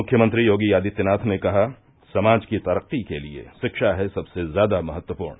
मुख्यमंत्री योगी आदित्यनाथ ने कहा समाज की तरक्की के लिये शिक्षा है सबसे ज्यादा महत्वपूर्ण